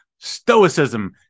stoicism